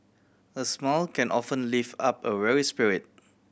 a smile can often lift up a weary spirit